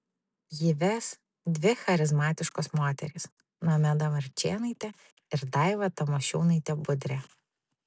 jį ves dvi charizmatiškos moterys nomeda marčėnaitė ir daiva tamošiūnaitė budrė